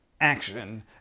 action